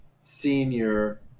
senior